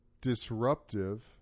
disruptive